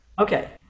Okay